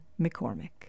McCormick